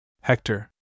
Hector